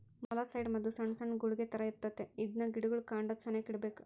molluscicide ಮದ್ದು ಸೊಣ್ ಸೊಣ್ ಗುಳಿಗೆ ತರ ಇರ್ತತೆ ಇದ್ನ ಗಿಡುಗುಳ್ ಕಾಂಡದ ಸೆನೇಕ ಇಡ್ಬಕು